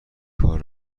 کار